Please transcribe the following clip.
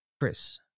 Chris